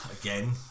again